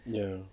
ya